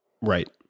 Right